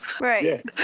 Right